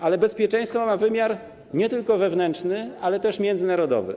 Ale bezpieczeństwo ma wymiar nie tylko wewnętrzny, ale też międzynarodowy.